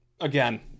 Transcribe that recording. again